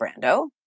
Brando